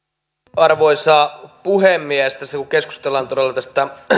arvoisa puhemies tässä kun keskustellaan todella tästä